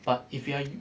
but if you are you